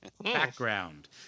Background